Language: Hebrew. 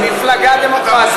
מפלגה דמוקרטית.